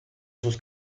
sus